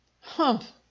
humph